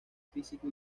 físico